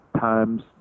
times